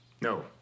No